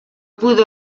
pudo